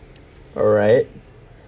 alright